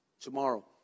tomorrow